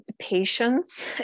patience